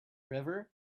river